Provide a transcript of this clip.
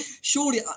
surely